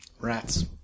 Rats